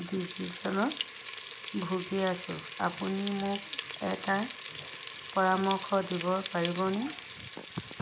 ডিজিজত ভুগি আছোঁ আপুনি মোক এটা পৰামৰ্শ দিব পাৰিবনে